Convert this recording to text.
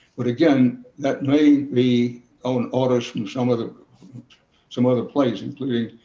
but, again, that may be on orders from some other some other place, including,